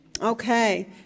Okay